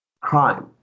crime